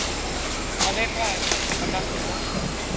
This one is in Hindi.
मधेपुरा का कितना पचास रुपैया